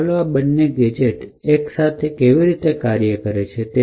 તો ચાલો જોઈએ કે આ બંને ગેજેટ એક સાથે કેવી રીતે કાર્ય કરે છે